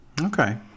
Okay